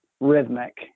rhythmic